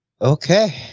okay